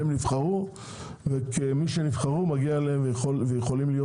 הם נבחרו וכמי שנבחרו מגיע להם ויכולים להיות